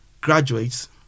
graduates